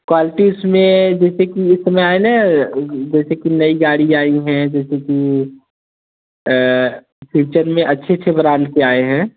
quality इसमें जैसे कि इस समय आया है ना जैसे कि नई गाड़ी आई हैं जैसे कि फ्यूचर में अच्छे अच्छे ब्राण्ड के आए हैं